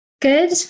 Good